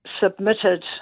submitted